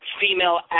female